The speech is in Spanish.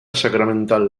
sacramental